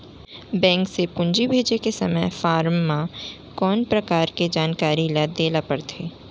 Bank से पूंजी भेजे के समय फॉर्म म कौन परकार के जानकारी ल दे ला पड़थे?